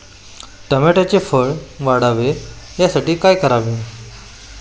टोमॅटोचे फळ वाढावे यासाठी काय करावे?